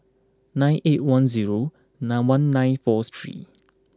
nine eight one zero nine one nine four three